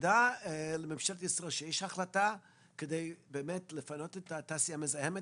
תודה לממשלת ישראל שיש החלטה לפנות את התעשייה המזהמת,